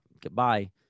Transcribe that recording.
Goodbye